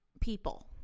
people